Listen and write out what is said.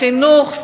חינוך,